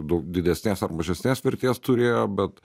daug didesnės ar mažesnės vertės turėjo bet